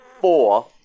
four